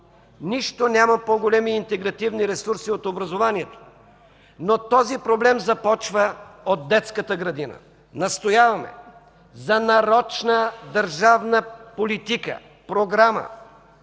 Нищо няма по-големи интегративни ресурси от образованието, но този проблем започва от детската градина. Настояваме за нарочна държавна политика, програма.